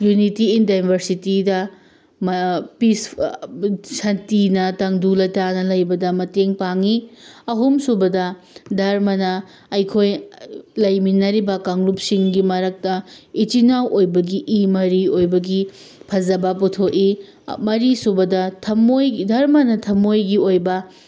unity in ꯗꯥꯏꯚꯔꯁꯤꯇꯤꯗ peace ꯁꯥꯟꯇꯤꯅ ꯇꯪꯗꯨ ꯂꯩꯇꯥꯥꯅ ꯂꯩꯕꯗ ꯃꯇꯦꯡ ꯄꯥꯡꯏ ꯑꯍꯨꯝ ꯁꯨꯕꯗ ꯙꯔꯃꯅ ꯑꯩꯈꯣꯏ ꯂꯩꯃꯤꯟꯅꯔꯤꯕ ꯀꯥꯡꯂꯨꯞꯁꯤꯡꯒꯤ ꯃꯔꯛꯇ ꯏꯆꯤꯟ ꯏꯅꯥꯎ ꯑꯣꯏꯕꯒꯤ ꯏ ꯃꯔꯤ ꯑꯣꯏꯕꯒꯤ ꯐꯖꯕ ꯄꯨꯊꯣꯛꯏ ꯃꯔꯤ ꯁꯨꯕꯗ ꯊꯃꯣꯏ ꯙꯃꯅ ꯊꯃꯣꯏꯒꯤ ꯑꯣꯏꯕ